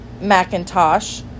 Macintosh